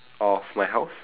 of my house